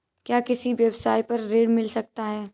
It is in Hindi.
क्या किसी व्यवसाय पर ऋण मिल सकता है?